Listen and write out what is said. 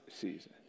season